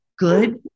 good